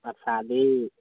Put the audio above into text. परसादी